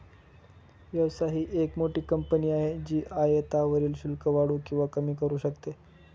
व्यवसाय ही एक मोठी कंपनी आहे जी आयातीवरील शुल्क वाढवू किंवा कमी करू शकते